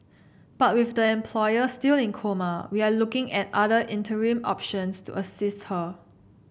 but with the employer still in coma we are looking at other interim options to assist her